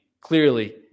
clearly